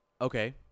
Okay